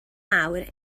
mawr